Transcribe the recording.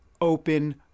open